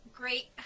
great